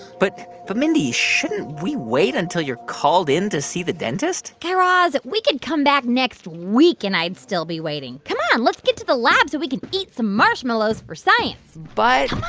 but but, mindy, shouldn't we wait until you're called in to see the dentist? guy raz, we could come back next week, and i'd still be waiting. come on. let's get to the lab, so we can eat some marshmallows for science but.